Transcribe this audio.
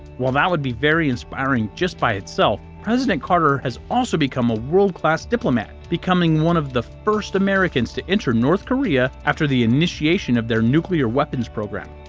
while that would be very inspiring just by itself, president carter has also become a world-class diplomat, becoming one of the first americans to enter north korea after the initiation of their nuclear weapons program.